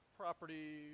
property